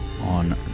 on